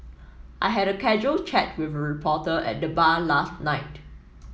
I had a casual chat with reporter at the bar last night